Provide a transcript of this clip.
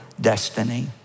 destiny